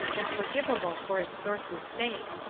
and forgivable for its source's sake.